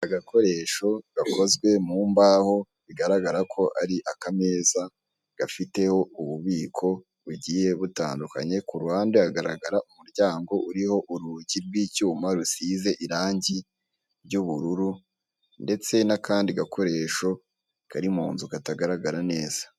Agakoresho gakozwe mu mbaho bigaragara ko ari akameza gafiteho ububiko bugiye butandukanye, ku ruhande hagaragara umuryango uriho urugi rw'icyuma rusize irangi ry'ubururu ndetse n'akandi gakoresho kari munzu katagaragara neza.